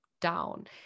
down